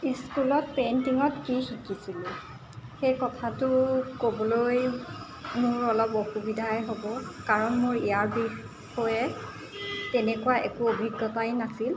ইস্কুলত পেইণ্টিঙত কি শিকিছিলোঁ সেই কথাটো ক'বলৈ মোৰ অলপ অসুবিধাই হ'ব কাৰণ মোৰ ইয়াৰ বিষয়ে তেনেকুৱা একো অভিজ্ঞতাই নাছিল